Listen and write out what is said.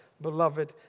beloved